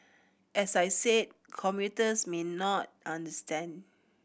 as I said commuters may not understand